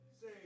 say